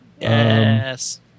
Yes